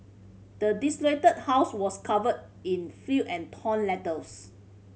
the desolated house was covered in filth and torn letters